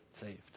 Saved